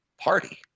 party